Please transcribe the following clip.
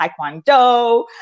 Taekwondo